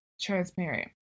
transparent